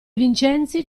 vincenzi